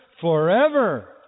forever